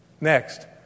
Next